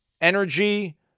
Energy